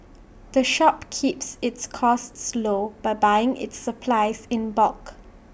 the shop keeps its costs low by buying its supplies in bulk